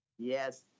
Yes